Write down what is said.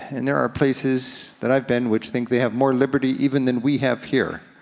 and there are places that i've been which think they have more liberty even than we have here.